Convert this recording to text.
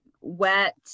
wet